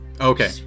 Okay